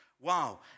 Wow